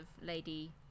Lady